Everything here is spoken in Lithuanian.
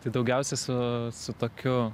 tai daugiausia su su tokiu